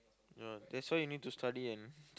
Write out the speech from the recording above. no that's why you need to study and